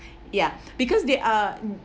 ya because they are